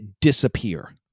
disappear